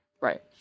right